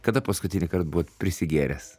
kada paskutinį kartą buvot prisigėręs